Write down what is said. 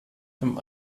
dem